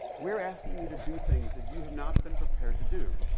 we're asking you to do things that you have not been prepared to do.